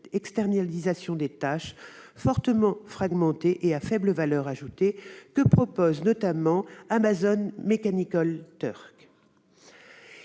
l'externalisation de tâches fortement fragmentées et à faible valeur ajoutée ; il s'agit notamment d'Amazon Mechanical Turk.